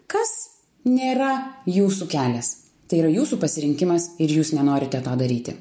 kas nėra jūsų kelias tai yra jūsų pasirinkimas ir jūs nenorite to daryti